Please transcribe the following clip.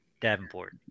Davenport